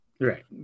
Right